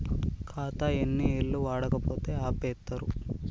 ఖాతా ఎన్ని ఏళ్లు వాడకపోతే ఆపేత్తరు?